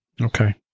Okay